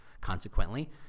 consequently